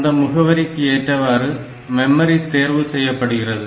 அந்த முகவரிக்கு ஏற்றவாறு மெமரி தேர்வு செய்யப்படுகிறது